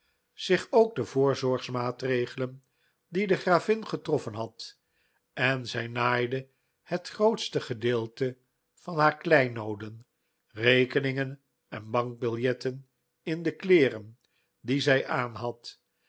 zich ook de voorzorgsmaatregelen die de gravin getroffen had en zij naaide het grootste gedeelte van haar kleinooden rekeningen en bankbiljetten in de kleeren die zij aanhad